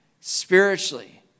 spiritually